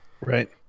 Right